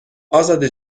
ازاده